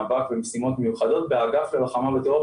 נב"ק ומשימות מיוחדות באגף ללוחמה בטרור,